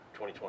2020